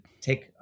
take